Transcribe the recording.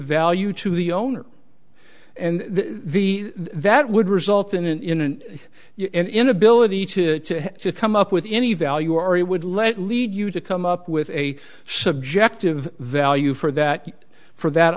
value to the owner and the that would result in an in an inability to come up with any value ari would let lead you to come up with a subjective value for that for that